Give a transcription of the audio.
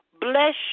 bless